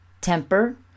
temper